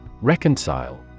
Reconcile